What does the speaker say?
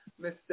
Mr